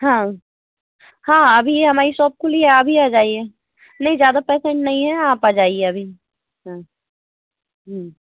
हाँ हाँ अभी ये हमारी सॉप खुली है अभी आ जाइए नहीं ज्यादा पेसेंट नहीं है आप आ जाइए अभी हूं हूं